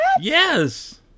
yes